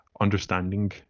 understanding